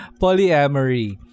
polyamory